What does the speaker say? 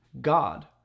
God